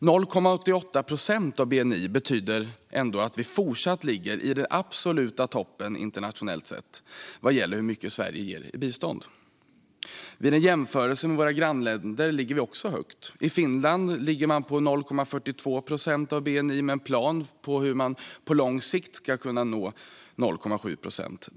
0,88 procent av bni betyder ändå att vi fortsatt ligger i den absoluta toppen internationellt sett vad gäller hur mycket Sverige ger i bistånd. I jämförelse med våra grannländer ligger vi också högt - i Finland ligger man på 0,42 procent av bni, med en plan på hur man på lång sikt ska kunna nå 0,7 procent.